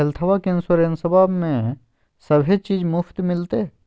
हेल्थबा के इंसोरेंसबा में सभे चीज मुफ्त मिलते?